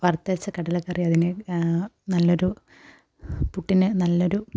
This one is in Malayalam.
വറുത്തരച്ച കടലക്കറി അതിന് നല്ലൊരു പുട്ടിന് നല്ലൊരു